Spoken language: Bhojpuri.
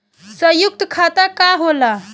सयुक्त खाता का होला?